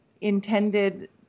intended